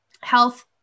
health